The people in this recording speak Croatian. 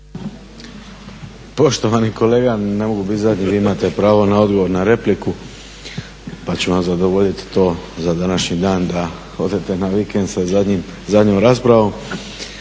Poštovani kolega, ne mogu biti zadnji, vi imate pravo na odgovor na repliku pa ću vam zadovoljit to za današnji dan da odete na vikend sa zadnjom raspravom.